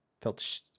felt